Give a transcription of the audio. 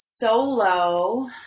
solo